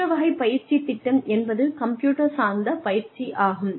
மற்ற வகை பயிற்சி திட்டம் என்பது கம்ப்யூட்டர் சார்ந்த பயிற்சி ஆகும்